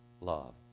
love